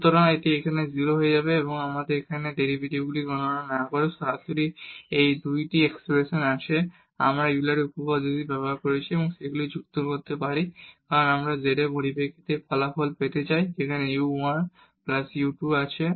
সুতরাং এটি সেখানে 0 হয়ে যাবে এবং এখন আমাদের এখানে এই ডেরিভেটিভগুলি গণনা না করে সরাসরি এই 2 টি এক্সপ্রেশন আছে আমরা এই ইউলারের উপপাদ্যটি ব্যবহার করেছি এবং আমরা সেগুলিকে যুক্ত করতে পারি কারণ আমরা z এর পরিপ্রেক্ষিতে এই ফলাফল পেতে চাই সেখানে u 1 plus u 2 আছে